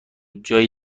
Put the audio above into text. جایی